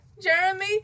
Jeremy